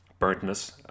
burntness